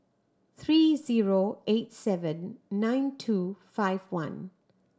three zero eight seven nine two five one